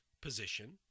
position